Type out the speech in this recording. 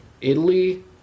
Italy